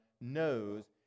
knows